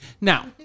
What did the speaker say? Now